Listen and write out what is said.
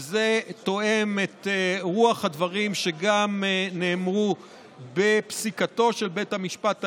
וזה תואם את רוח הדברים שנאמרו גם בפסיקתו של בית המשפט העליון,